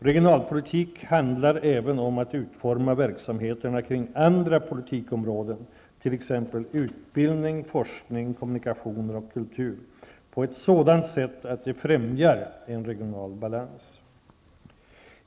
Regionalpolitik handlar även om att utforma verksamheterna inom andra politikområden, t.ex. utbildning, forskning, kommunikationer och kultur, på ett sådant sätt att de främjar en regional balans.